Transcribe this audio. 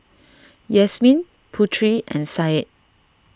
Yasmin Putri and Said